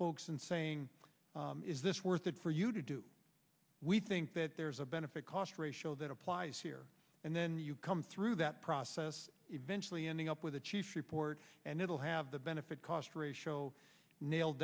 folks and saying is this worth it for you to do we think that there's a benefit cost ratio that applies here and then you come through that process eventually ending up with a chief report and it'll have the benefit cost ratio nailed